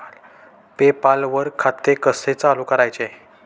पे पाल वर खाते कसे चालु करायचे